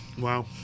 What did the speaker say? Wow